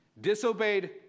Disobeyed